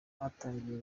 batangiye